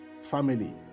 family